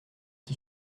qui